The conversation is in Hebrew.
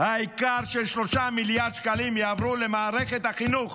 העיקר ש-3 מיליארד שקלים יעברו למערכת החינוך